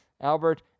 Albert